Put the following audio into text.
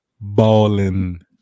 Balling